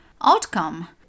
outcome